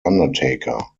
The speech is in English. undertaker